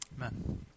Amen